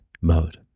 mode